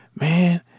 man